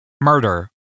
Murder